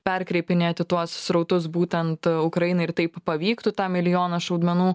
perkreipinėti tuos srautus būtent ukrainai ir taip pavyktų tą milijoną šaudmenų